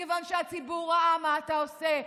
מכיוון שהציבור ראה מה אתה עושה.